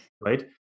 right